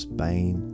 Spain